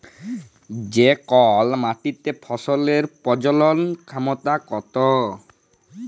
যে কল মাটিতে ফসলের প্রজলল ক্ষমতা কত